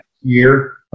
year